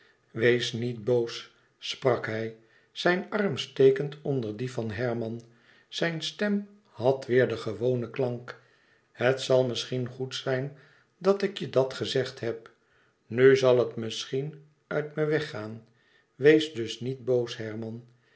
wees niet boos sprak hij zijn arm stekend onder dien van herman zijne stem had weêr den gewonen klank het zal misschien goed zijn dat ik je dat gezegd heb u zal het misschien uit me weggaan wees dus niet boos herman